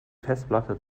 festplatte